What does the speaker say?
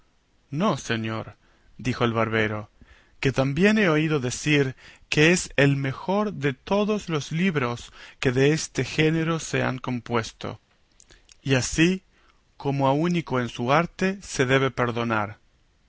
no señor dijo el barbero que también he oído decir que es el mejor de todos los libros que de este género se han compuesto y así como a único en su arte se debe perdonar